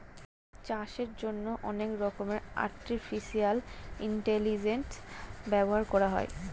চাষের জন্যে অনেক রকমের আর্টিফিশিয়াল ইন্টেলিজেন্স ব্যবহার করা হয়